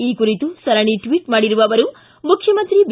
ಈ ಕುರಿತು ಸರಣಿ ಟ್ಟಿಟ್ ಮಾಡಿರುವ ಅವರು ಮುಖ್ಯಮಂತ್ರಿ ಬಿ